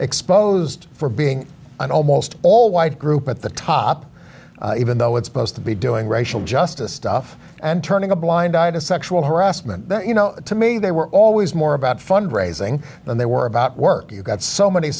exposed for being an almost all white group at the top even though it's posed to be doing racial justice stuff and turning a blind eye to sexual harassment you know to me they were always more about fund raising than they were about work you got so many